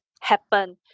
happen